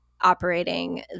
operating